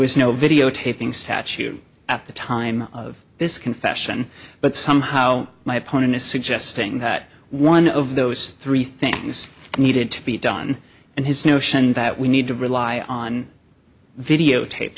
was no videotaping statute at the time of this confession but somehow my opponent is suggesting that one of those three things needed to be done and his notion that we need to rely on videotape